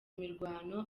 imirwano